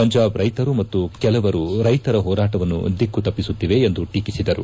ಪಂಜಾಬ್ ರೈತರು ಮತ್ತು ಕೆಲವರು ರೈತರ ಹೋರಾಟವನ್ನು ದಿಕ್ಕು ತಪ್ಪಿಸುತ್ತಿವೆ ಎಂದು ಟೀಕಿಸಿದರು